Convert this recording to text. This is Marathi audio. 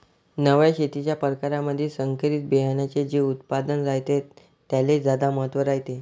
नव्या शेतीच्या परकारामंधी संकरित बियान्याचे जे उत्पादन रायते त्याले ज्यादा महत्त्व रायते